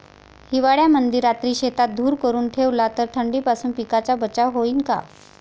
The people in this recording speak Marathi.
हिवाळ्यामंदी रात्री शेतात धुर करून ठेवला तर थंडीपासून पिकाचा बचाव होईन का?